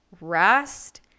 rest